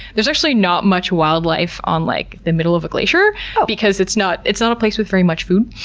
there's actually not much wildlife on like the middle of a glacier because it's not it's not a place with very much food.